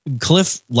Cliff